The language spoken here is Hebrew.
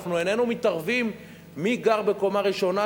אנחנו איננו מתערבים מי גר בקומה ראשונה,